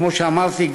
כמו שאמרתי,